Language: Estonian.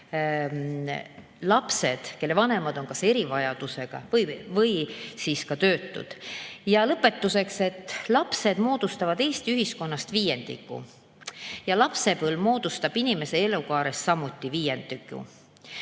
lapsed, kelle vanemad on kas erivajadusega või töötud. Ja lõpetuseks. Lapsed moodustavad Eesti ühiskonnast viiendiku. Lapsepõlv moodustab inimese elukaarest samuti viiendiku.